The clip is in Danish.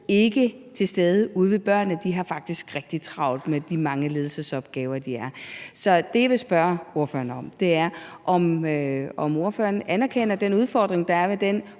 ikke er til stede ude ved børnene. De har faktisk rigtig travlt med de mange ledelsesopgaver, de har. Så det, jeg vil spørge ordføreren om, er, om ordføreren anerkender den udfordring, der er ved den